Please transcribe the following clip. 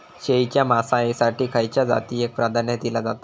शेळीच्या मांसाएसाठी खयच्या जातीएक प्राधान्य दिला जाता?